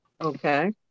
Okay